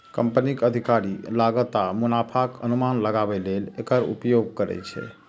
कंपनीक अधिकारी लागत आ मुनाफाक अनुमान लगाबै लेल एकर उपयोग करै छै